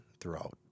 throughout